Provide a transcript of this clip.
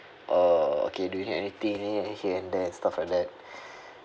uh okay do you need anything then here and there and stuff like that